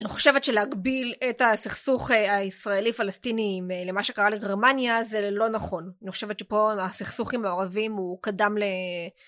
אני חושבת שלהגביל את הסכסוך הישראלי-פלסטיני למה שקרה לגרמניה זה לא נכון. אני חושבת שפה הסכסוך עם הערבים הוא קדם ל...